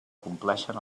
compleixen